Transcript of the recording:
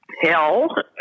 Hell